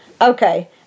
okay